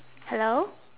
hello